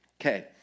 Okay